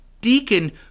deacon